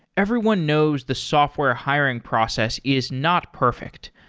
everyone knows the software hiring process is not perfect.